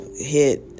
hit